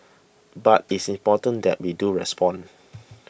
but it's important that we do respond